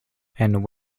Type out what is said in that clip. and